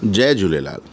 Jay Jhulelal